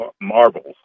marbles